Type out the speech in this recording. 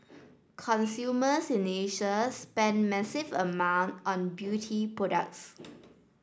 consumers in Asia spend massive amount on beauty products